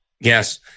Yes